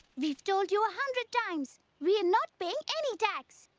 we've told you a hundred times, we're not paying any tax.